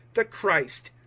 the christ.